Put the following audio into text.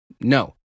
No